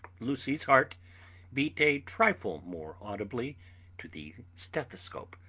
lucy's heart beat a trifle more audibly to the stethoscope,